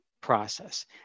process